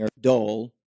dull